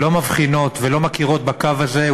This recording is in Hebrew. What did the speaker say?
לא מבחינות ולא מכירות בקו הזה,